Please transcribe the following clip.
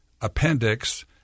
appendix